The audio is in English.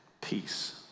Peace